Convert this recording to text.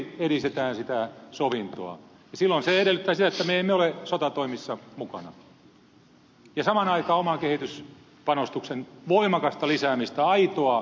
ja silloin se edellyttää sitä että me emme ole sotatoimissa mukana ja samaan aikaan oman kehityspanostuksen voimakasta lisäämistä aitoa kansan auttamista